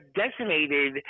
decimated